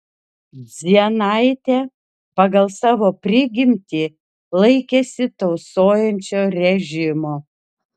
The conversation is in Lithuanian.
dzienaitė pagal savo prigimtį laikėsi tausojančio režimo